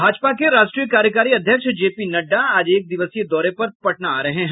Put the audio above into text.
भाजपा के राष्ट्रीय कार्यकारी अध्यक्ष जेपी नड्डा आज एक दिवसीय दौरे पर पटना आ रहे हैं